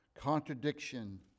contradiction